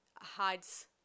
hides